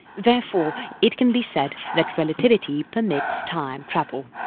therefore it can be said that relativity permits time travel.